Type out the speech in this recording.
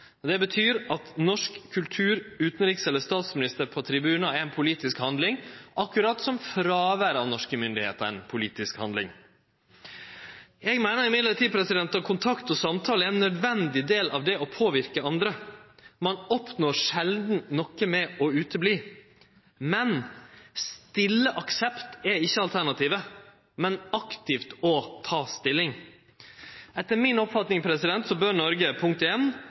Det betyr at norsk kultur-, utanriks- eller statsminister på tribunen er ei politisk handling, akkurat som fråvær av norske myndigheiter er ei politisk handling. Eg meiner likevel at kontakt og samtale er ein nødvendig del av det å påverke andre. Ein oppnår sjeldan noko med ikkje å vere til stades. Stille aksept er ikkje alternativet, men aktivt å ta stilling. Etter mi oppfatning bør Noreg – punkt